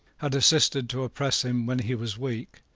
had assisted to oppress him when he was weak,